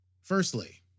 Firstly